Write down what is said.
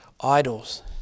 idols